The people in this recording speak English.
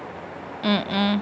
mm